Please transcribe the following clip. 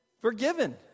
forgiven